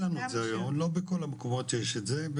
כי אין לנו את זה היום, לא בכל המקומות יש את זה.